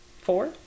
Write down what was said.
Four